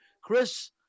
chris